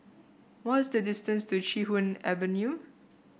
what is the distance to Chee Hoon Avenue